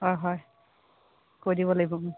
হয় হয় কৈ দিব লাগিব